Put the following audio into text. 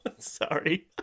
Sorry